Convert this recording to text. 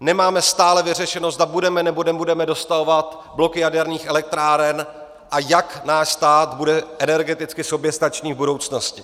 nemáme stále vyřešeno, zda budeme nebo nebudeme dostavovat bloky jaderných elektráren a jak náš stát bude energeticky soběstačný v budoucnosti.